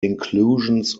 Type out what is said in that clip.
inclusions